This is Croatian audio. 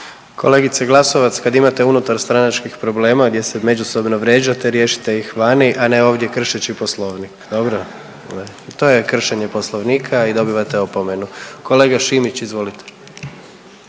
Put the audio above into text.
Kolegice Glasovac, kad imate unutarstranačkih problema gdje se međusobno vrijeđate riješite ih vani, a ne ovdje kršeći poslovnik, dobro? To je kršenje poslovnika i dobivate opomenu. Kolega Šimić, izvolite.